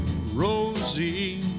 Rosie